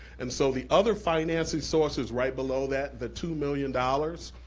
and so the other financing sources right below that, the two million dollars,